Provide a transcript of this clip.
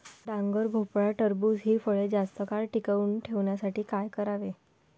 डांगर, भोपळा, टरबूज हि फळे जास्त काळ टिकवून ठेवण्यासाठी काय करावे?